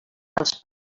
els